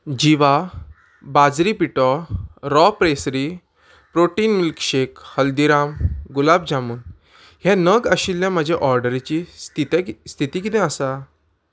जिवा बाजरी पिठो Raw Pressery protein milkshake Haldiram gulab jamun हे नग आशिल्ल्या म्हज्या ऑर्डरीची स्थिते स्थिती कितें आसा